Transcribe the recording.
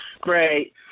Great